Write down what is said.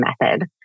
method